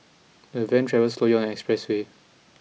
the van travelled slowly on the expressway